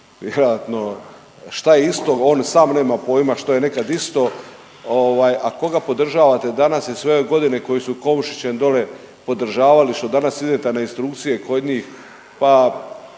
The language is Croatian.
šta je isto on sam nema pojma što je nekad isto, ovaj a koga podržavate danas i sve ove godine koje su s Komšićem dole podržavali, što danas idete na instrukcije kod njih,